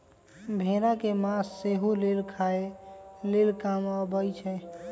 भेड़ा के मास सेहो लेल खाय लेल काम अबइ छै